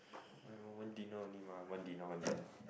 one one dinner only mah one dinner one dinner